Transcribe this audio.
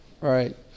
right